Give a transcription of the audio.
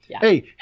Hey